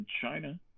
china